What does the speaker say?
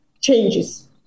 changes